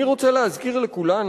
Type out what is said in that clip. אני רוצה להזכיר לכולנו,